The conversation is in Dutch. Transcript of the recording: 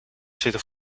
zitten